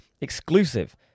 exclusive